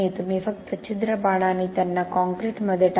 तुम्ही फक्त छिद्र पाडा आणि त्यांना काँक्रीटमध्ये टाका